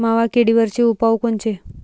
मावा किडीवरचे उपाव कोनचे?